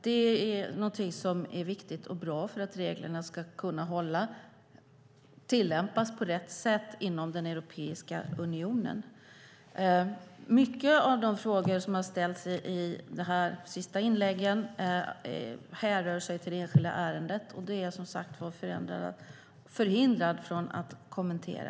Det är någonting som är viktigt och bra för att reglerna ska kunna tillämpas på rätt sätt inom Europeiska unionen. Mycket av de frågor som har ställts i de senaste inläggen härrör sig till det enskilda ärendet, och det är jag som sagt förhindrad att kommentera.